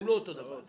הם לא אותו דבר,